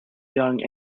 young